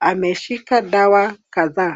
Ameshika dawa kadhaa.